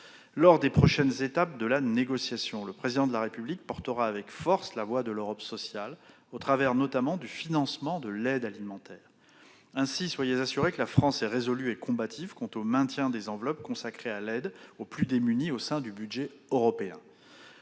Lors des prochaines étapes de la négociation, le Président de la République portera avec force la voix de l'Europe sociale, au travers notamment du financement de l'aide alimentaire. Ainsi, soyez assuré que la France est résolue et combative quant au maintien des enveloppes consacrées à l'aide aux plus démunis au sein du budget européen.